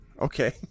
okay